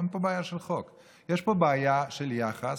אין פה בעיה של חוק, יש פה בעיה של יחס.